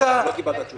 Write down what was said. לא קיבלת תשובה.